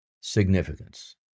significance